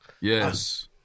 Yes